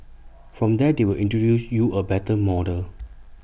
from there they will introduce you A better model